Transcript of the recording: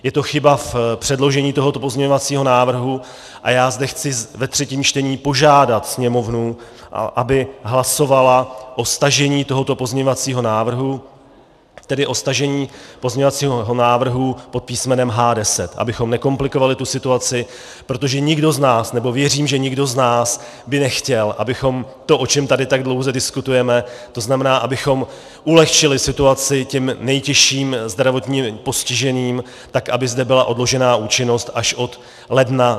Je to chyba v předložení tohoto pozměňovacího návrhu a já zde chci ve třetím čtení požádat Sněmovnu, aby hlasovala o stažení tohoto pozměňovacího návrhu, tedy o stažení pozměňovacího návrhu pod písmenem H10, abychom nekomplikovali situaci, protože nikdo z nás, nebo věřím, že nikdo z nás by nechtěl, aby to, o čem tady tak dlouze diskutujeme, to znamená, abychom ulehčili situaci těm nejtěžším zdravotním postižením, tak aby zde byla odložena účinnost až od ledna 2021.